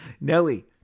Nelly